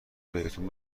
بهتون